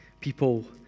people